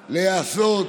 להיעשות.